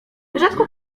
rzadko